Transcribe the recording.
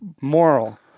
Moral